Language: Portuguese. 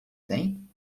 tem